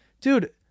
dude